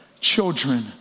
children